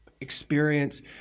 experience